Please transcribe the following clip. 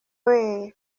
weee